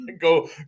go